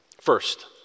First